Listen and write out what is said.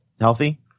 healthy